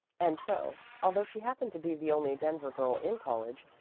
and so, although she happened to be the only denver girl in college,